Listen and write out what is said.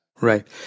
Right